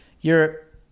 Europe